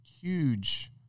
huge